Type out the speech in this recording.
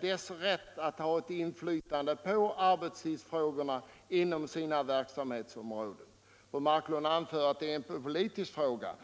dess rätt att ha inflytande på arbetstidsfrågorna inom sina verksamhetsområden. Fru Marklund anför att det är en politisk fråga.